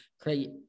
create